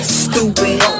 stupid